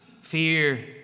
Fear